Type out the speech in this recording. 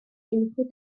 unrhyw